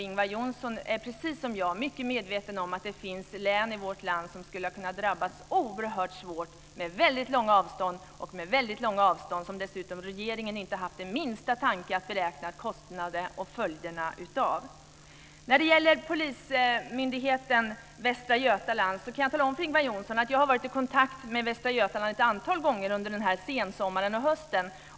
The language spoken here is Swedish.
Ingvar Johnsson är, precis som jag, mycket medveten om att det finns län i vårt land som skulle ha kunnat drabbats oerhört svårt med långa avstånd och som regeringen inte hade haft den minsta tanke att beräkna kostnader för och se andra följder av. När det gäller Polismyndigheten i Västra Götaland kan jag tala om för Ingvar Johnsson att jag har varit i kontakt med myndigheten flera gånger under sensommaren och hösten.